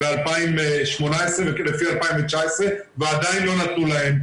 ב-2018 לפי 2019' ועדיין לא נתנו להם.